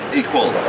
equal